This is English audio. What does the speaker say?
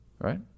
right